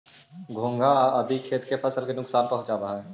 घोंघा आदि खेत के फसल के नुकसान पहुँचावऽ हई